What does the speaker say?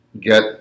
get